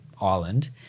island